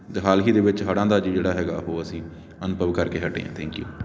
ਅਤੇ ਹਾਲ ਹੀ ਦੇ ਵਿੱਚ ਹੜ੍ਹਾਂ ਦਾ ਜੀ ਜਿਹੜਾ ਹੈਗਾ ਉਹ ਅਸੀਂ ਅਨੁਭਵ ਕਰਕੇ ਹਟੇ ਹਾਂ ਥੈਂਕ ਯੂ